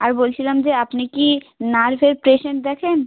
আর বলছিলাম যে আপনি কি নার্ভের পেশেন্ট দেখেন